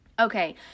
Okay